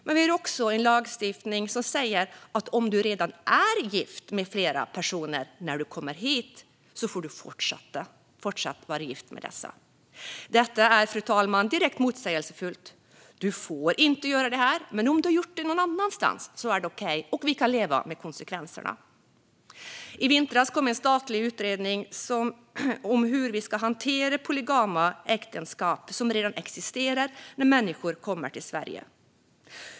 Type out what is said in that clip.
Men vi har också en lagstiftning som säger att om du redan är gift med flera personer när du kommer hit får du fortsätta att vara gift med dessa. Detta är, fru talman, direkt motsägelsefullt. Du får inte göra detta här, men om du har gjort det någon annanstans är det okej och vi kan leva med konsekvenserna. I vintras kom en statlig utredning om hur vi ska hantera polygama äktenskap som redan existerar när människor kommer till Sverige.